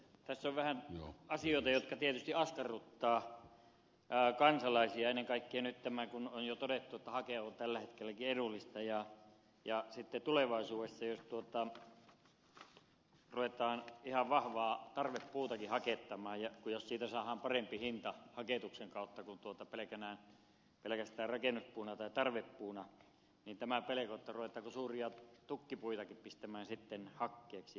tässä on joitakin asioita jotka tietysti askarruttavat kansalaisia ennen kaikkea nyt tämä kun on jo todettu että hake on tälläkin hetkellä edullista ja jos sitten tulevaisuudessa ruvetaan ihan vahvaa tarvepuutakin hakettamaan jos siitä saadaan parempi hinta haketuksen kautta kuin pelkästään rakennuspuuna tai tarvepuuna niin on pelko että ruvetaan suuria tukkipuitakin pistämään sitten hakkeeksi